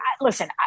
listen